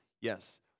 Yes